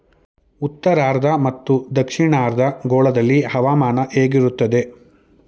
ಉತ್ತರಾರ್ಧ ಮತ್ತು ದಕ್ಷಿಣಾರ್ಧ ಗೋಳದಲ್ಲಿ ಹವಾಮಾನ ಹೇಗಿರುತ್ತದೆ?